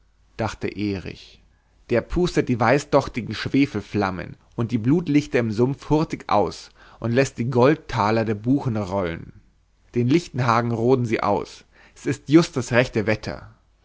dachte erich der pustet die weißdochtigen schwefelflammen und die blutlichter im sumpf hurtig aus und läßt die goldtaler der buchen rollen den lichtenhagen roden sie aus s ist just das rechte wetter